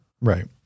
Right